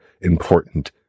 important